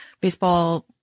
baseball